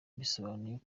bisobanuye